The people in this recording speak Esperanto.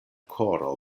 koro